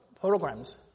programs